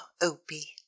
Opie